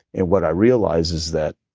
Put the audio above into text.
and what i realized is that,